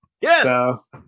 yes